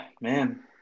man